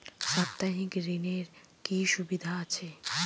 সাপ্তাহিক ঋণের কি সুবিধা আছে?